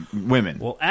women